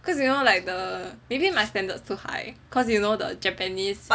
cause you know like the maybe my standards too high cause you know the japanese